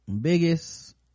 Biggest